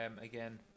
again